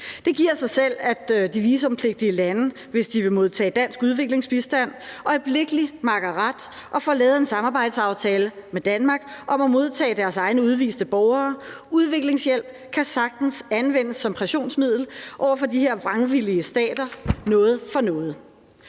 Det giver sig selv, at de visumpligtige lande, hvis de vil modtage dansk udviklingsbistand, øjeblikkelig makker ret og får lavet en samarbejdsaftale med Danmark om at modtage deres egne udviste borgere. Udviklingshjælp kan sagtens anvendes som pressionsmiddel over for de her vrangvillige stater – noget for noget.